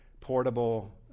portable